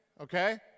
okay